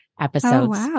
episodes